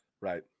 Right